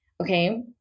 Okay